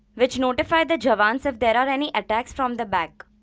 which notify the jawans if there are any attacks from the back.